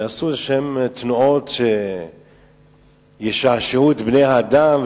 שיעשו תנועות כלשהן שישעשעו את בני-האדם,